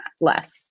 less